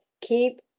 Keep